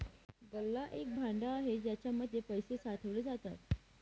गल्ला एक भांड आहे ज्याच्या मध्ये पैसे साठवले जातात